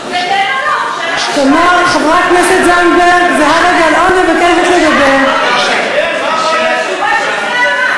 זה כן או לא, זה שאלה פשוטה,